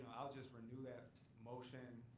i'll just renew that motion,